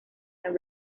and